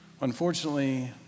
Unfortunately